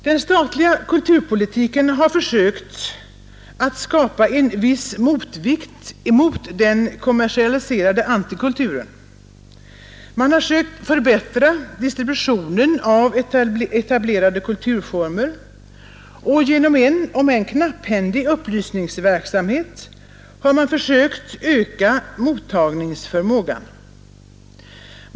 Den statliga kulturpolitiken har försökt att skapa en viss motvikt till den kommersialiserade antikulturen. Man har sökt förbättra distributionen av etablerade kulturformer och genom en, om än knapphändig, upplysningsverksamhet har man försökt öka mottagningsförmågan.